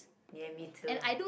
ya me too